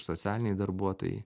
socialiniai darbuotojai